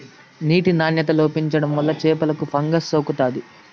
నీటి నాణ్యత లోపించడం వల్ల చేపలకు ఫంగస్ సోకుతాది